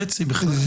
בחצי.